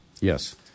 Yes